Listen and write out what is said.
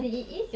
穿 like